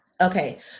okay